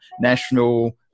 national